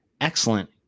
excellent